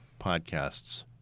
podcasts